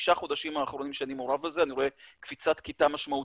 שבחמישה החודשים האחרונים שאני מעורב בזה אני רואה קפיצת כיתה משמעותית.